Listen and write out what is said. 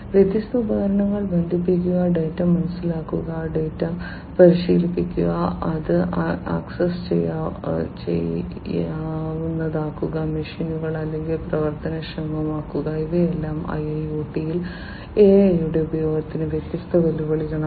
വ്യത്യസ്ത ഉപകരണങ്ങൾ ബന്ധിപ്പിക്കുക ഡാറ്റ മനസ്സിലാക്കുക ഡാറ്റ പരിശീലിപ്പിക്കുക അത് ആക്സസ് ചെയ്യാവുന്നതാക്കുക മെഷീനുകൾ അല്ലെങ്കിൽ പ്രവർത്തനക്ഷമമാക്കുക ഇവയെല്ലാം IIoT യിൽ AI യുടെ ഉപയോഗത്തിന്റെ വ്യത്യസ്ത വെല്ലുവിളികളാണ്